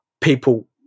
people